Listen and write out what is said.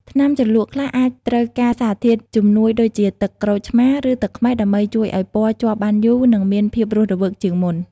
ថ្នាំជ្រលក់ខ្លះអាចត្រូវការសារធាតុជំនួយដូចជាទឹកក្រូចឆ្មារឬទឹកខ្មេះដើម្បីជួយឱ្យពណ៌ជាប់បានយូរនិងមានភាពរស់រវើកជាងមុន។